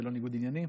זה לא ניגוד עניינים?